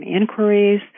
inquiries